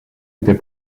était